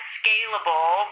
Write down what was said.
scalable